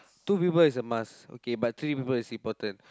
two people is a must okay but three people is important